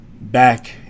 back